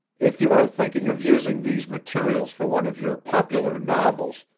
if you are thinking of using these materials for one of your popular novels,